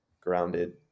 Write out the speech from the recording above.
grounded